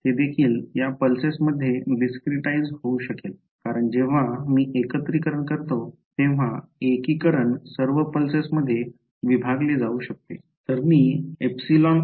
ते देखील या पल्सेस मध्ये discretize होऊ शकेल कारण जेव्हा मी एकत्रीकरण करतो तेव्हा एकीकरण सर्व पल्सेस मध्ये विभागले जाऊ शकते